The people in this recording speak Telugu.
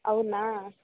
అవునా